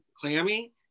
clammy